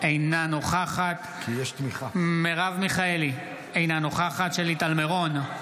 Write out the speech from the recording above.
אינה נוכחת מרב מיכאלי, אינה נוכחת שלי טל מירון,